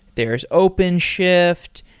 there's openshift.